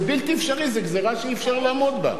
זה בלתי אפשרי, זו גזירה שאי-אפשר לעמוד בה.